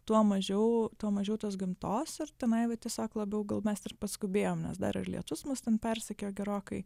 tuo mažiau tuo mažiau tos gamtos ir tenai va tiesiog labiau gal mes ir paskubėjom nes dar ir lietus mus ten persekiojo gerokai